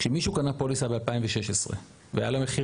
כשמישהו קנה פוליסה ב-2016 והיה לו מחיר